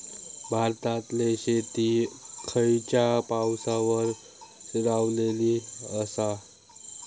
भारतातले शेती खयच्या पावसावर स्थिरावलेली आसा?